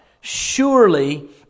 surely